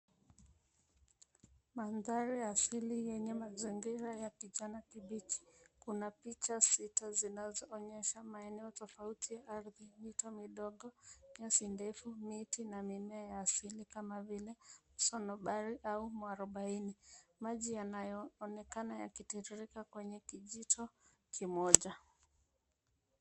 Madhari ya asili yenye mazingira ya kijani kibichi. Kuna picha sita zinazo onyesha maeneo tofauti ardhi, mito midogo, nyasi ndefu, miti na mimea ya asili kama vile msonobari au mwarubaini. Maji yanayoonekana ya ki tiririka kwenye kijito kimoja.